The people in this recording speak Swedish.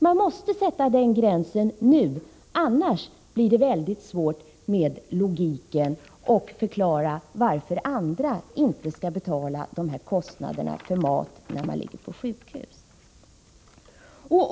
Man måste sätta gränsen här, annars blir det mycket svårt med logiken, med att förklara varför andra inte skall betala kostnaderna för mat när de ligger på sjukhus.